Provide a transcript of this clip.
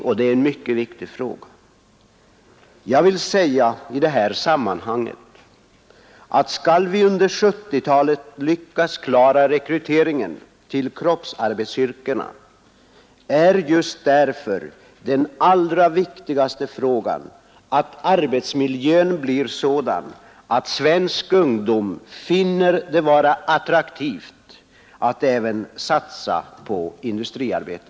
Jag vill i det sammanhanget säga att om vi under 1970-talet skall lyckas klara rekryteringen till kroppsarbetsyrkena är en av de allra viktigaste förutsättningarna att arbetsmiljön blir sådan att svensk ungdom finner det vara attraktivt att satsa på industriarbete.